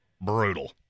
brutal